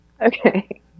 Okay